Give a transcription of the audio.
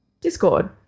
Discord